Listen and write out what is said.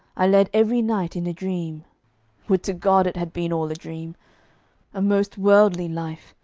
i led every night in a dream would to god it had been all a dream a most worldly life,